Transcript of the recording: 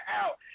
out